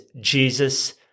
Jesus